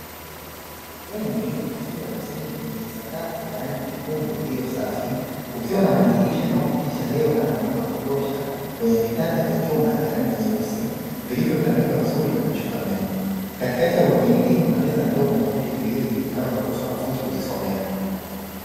Bweni la shule ya msingi lenye sakafu ya rangi nyekundu iliyo safi, kukiwa na madirisha yanayopitisha hewa na mwanga wa kutosha kwenye vitanda vya chuma vya rangi nyeusi, vilivyotandikwa vizuri na mashuka meupe. Katikati ya bweni hili kuna meza ndogo na viti viwili, vinavyowaruhusu wanafunzi kujisomea.